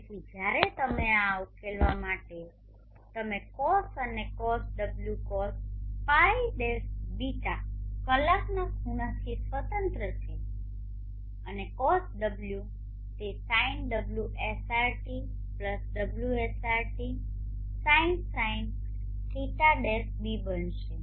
તેથી જ્યારે તમે આ ઉકેલવા માટે તમે Cos અને Cos ω Cos π -ß કલાકના ખૂણાથી સ્વતંત્ર છે અને Cos ω તે Sin ω SRT ω SRT Sin Sin ϕ ß બનશે